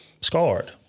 scarred